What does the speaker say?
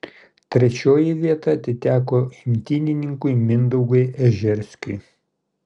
trečioji vieta atiteko imtynininkui mindaugui ežerskiui